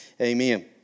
Amen